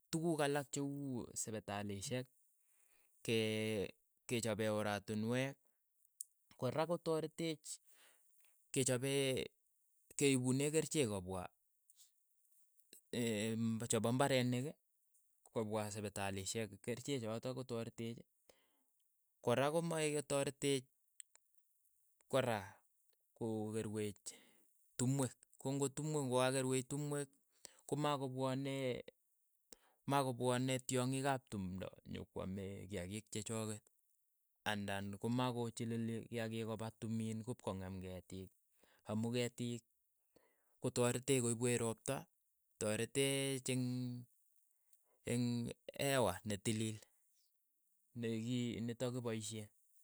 Tukuuk alak che uu sipitalishek ke- kechopee oratinwek, kora ko tareteech ke chapee keunee kerichek kopwa chepo mbarenik kopwa sipitalishek keriche chotok kotareteech, kora komae ketareteech kora ko kerweech tumwek, ko ng'o tumwek ng'o ka kokerweech komakopwanii makopwani tyongik ap tumndo nyokwame kiakiik che choket, andan ko ma kochilili kiakiik ko pa tumiin kupkong'em ketiik amu ketiik ko toreteech ko ipweech ropta, toreteech eng' eng' ewa ne tiliil, ne kii nitok kipaishe.